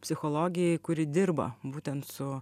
psichologei kuri dirba būtent su